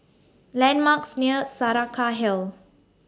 landmarks near Saraca Hill